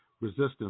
resistance